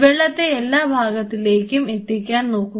വെള്ളത്തെ എല്ലാ ഭാഗത്തേക്കും എത്തിക്കാൻ നോക്കുക